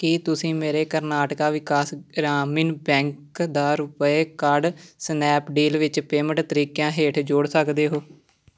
ਕੀ ਤੁਸੀਂਂ ਮੇਰੇ ਕਰਨਾਟਕਾ ਵਿਕਾਸ ਗ੍ਰਾਮੀਣ ਬੈਂਕ ਦਾ ਰੁਪੇ ਕਾਰਡ ਸਨੈਪਡੀਲ ਵਿੱਚ ਪੇਮੈਂਟ ਤਰੀਕਿਆਂ ਹੇਠ ਜੋੜ ਸਕਦੇ ਹੋ